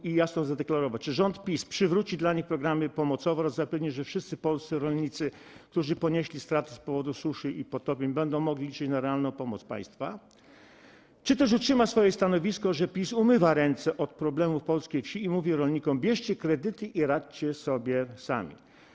Proszę jasno zadeklarować, czy rząd PiS przywróci dla nich programy pomocowe oraz zapewni, że wszyscy polscy rolnicy, którzy ponieśli straty z powodu suszy i podtopień, będą mogli liczyć na realną pomoc państwa, czy też utrzyma swoje stanowisko, że PiS umywa ręce od problemów polskiej wsi i mówi rolnikom: bierzcie kredyty i radźcie sobie sami.